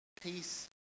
peace